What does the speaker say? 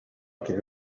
киһи